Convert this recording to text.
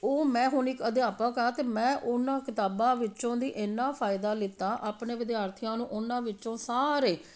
ਉਹ ਮੈਂ ਹੁਣ ਇੱਕ ਅਧਿਆਪਕ ਹਾਂ ਅਤੇ ਮੈਂ ਉਨ੍ਹਾਂ ਕਿਤਾਬਾਂ ਵਿੱਚੋਂ ਦੀ ਇੰਨਾ ਫਾਇਦਾ ਲਿੱਤਾ ਆਪਣੇ ਵਿਦਿਆਰਥੀਆਂ ਨੂੰ ਉਹਨਾਂ ਵਿੱਚੋਂ ਸਾਰੇ